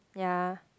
ya